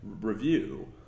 review